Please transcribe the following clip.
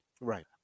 Right